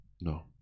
No